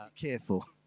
Careful